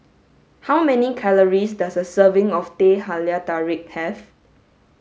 how many calories does a serving of Teh Halia Tarik have